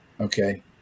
Okay